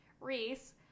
Reese